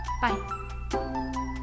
Bye